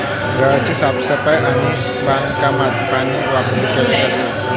घराची साफसफाई आणि बागकामात पाण्याचा वापर केला जातो